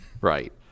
Right